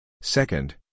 Second